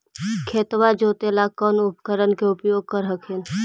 खेतबा जोते ला कौन उपकरण के उपयोग कर हखिन?